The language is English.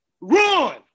Run